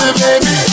baby